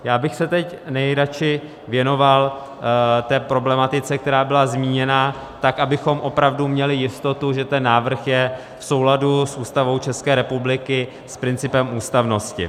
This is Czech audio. Já bych se teď nejradši věnoval té problematice, která byla zmíněna, abychom opravdu měli jistotu, že ten návrh je v souladu s Ústavou České republiky a s principem ústavnosti.